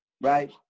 right